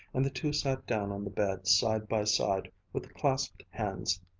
and the two sat down on the bed, side by side, with clasped hands.